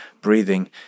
Breathing